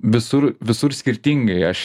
visur visur skirtingai aš